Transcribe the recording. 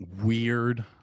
weird –